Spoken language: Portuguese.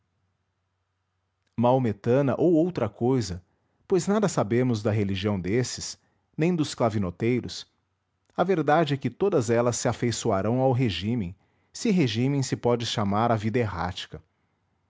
mahométane maometana ou outra cousa pois nada sabemos da religião desses nem dos clavinoteiros a verdade é que todas elas se afeiçoarão ao regímen se regímen se pode chamar a vida errática